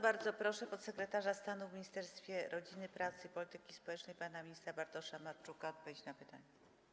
Bardzo proszę podsekretarza stanu w Ministerstwie Rodziny, Pracy i Polityki Społecznej pana ministra Bartosza Marczuka o odpowiedź na pytania.